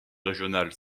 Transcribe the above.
régional